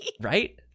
right